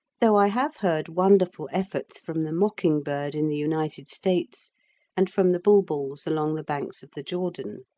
though i have heard wonderful efforts from the mocking-bird in the united states and from the bulbuls along the banks of the jordan.